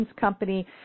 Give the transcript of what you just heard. company